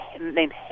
named